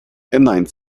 inline